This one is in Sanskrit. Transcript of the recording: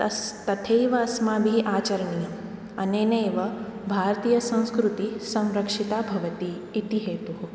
तस् तथैव अस्माभिः आचरणीयम् अनेनैव भारतीयसंस्कृतिः संरक्षिता भवति इति हेतुः